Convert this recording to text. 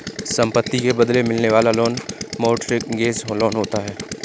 संपत्ति के बदले मिलने वाला लोन मोर्टगेज लोन होता है